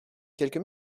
quelques